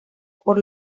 por